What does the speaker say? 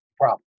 problem